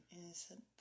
innocent